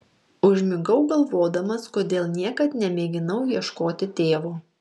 užmigau galvodamas kodėl niekad nemėginau ieškoti tėvo